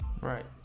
Right